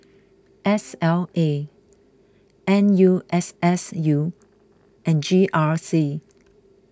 S L A N U S S U and G R C